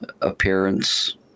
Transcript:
Appearance